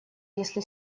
если